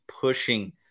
pushing